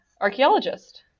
archaeologist